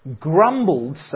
grumbled